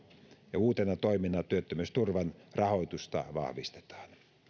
ja uutena toimena työttömyysturvan rahoitusta vahvistetaan